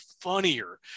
funnier